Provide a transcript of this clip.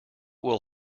will